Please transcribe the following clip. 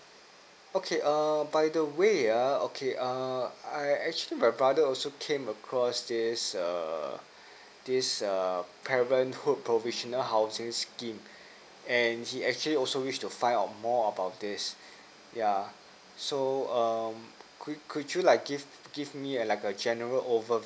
okay err by the way uh okay uh I actually my brother also came across this err this err parenthood provisional housing scheme and he's actually also wish to find out more about this yeah so um could could you like give give me like a general overview